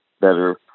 better